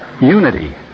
unity